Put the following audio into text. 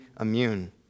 immune